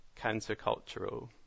countercultural